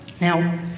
Now